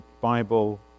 Bible